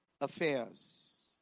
affairs